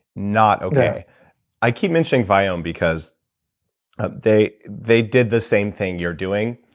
not okay i keep mentioning viome because they they did the same thing you're doing,